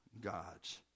God's